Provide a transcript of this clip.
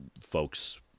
folks